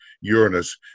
Uranus